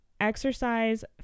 exercise